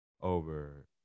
over